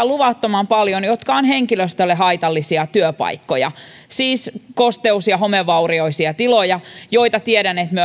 luvattoman paljon kiinteistöjä jotka ovat henkilöstölle haitallisia työpaikkojaa siis kosteus ja homevaurioisia tiloja joista tiedän että